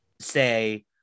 say